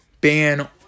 ban